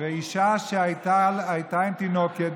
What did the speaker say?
שבו אישה הייתה עם תינוקת,